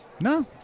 No